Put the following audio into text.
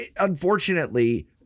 unfortunately